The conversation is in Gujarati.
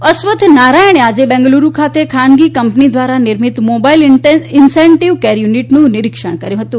અશ્વથ નારાયણે આજે બેંગલુરૃ ખાતે ખાનગી કંપની દ્વારા નિર્મિત મોબાઇલ ઇન્ટેન્સિવ કેર યુનિટનું નીરીક્ષણ કર્યું હતું